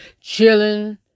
chilling